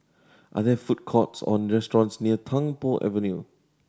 are there food courts or restaurants near Tung Po Avenue